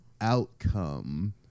outcome